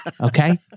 okay